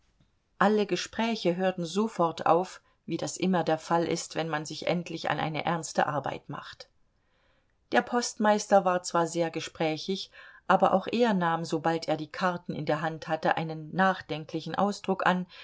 alle gespräche hörten sofort auf wie das immer der fall ist wenn man sich endlich an eine ernste arbeit macht der postmeister war zwar sehr gesprächig aber auch er nahm sobald er die karten in der hand hatte einen nachdenklichen ausdruck an